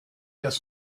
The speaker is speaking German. das